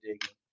digging